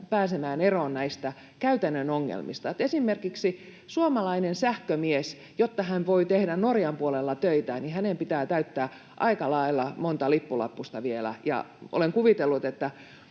pääsemään eroon näistä käytännön ongelmista. Esimerkiksi jotta suomalainen sähkömies voi tehdä Norjan puolella töitään, niin hänen pitää täyttää aika lailla monta lippulappusta vielä. Ja olen kuvitellut, että